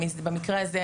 במקרה הזה,